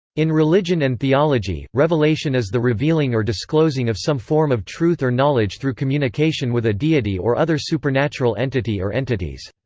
in religion and theology, revelation is the revealing or disclosing of some form of truth or knowledge through communication with a deity or other supernatural entity or entities.